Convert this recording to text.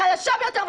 החלשה ביותר,